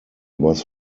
was